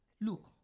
Look